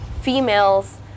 females